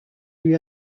lui